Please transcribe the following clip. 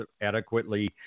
adequately